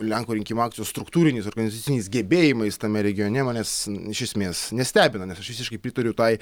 lenkų rinkimų akcijos struktūriniais organizaciniais gebėjimais tame regione manęs iš esmės nestebina nes aš visiškai pritariu tai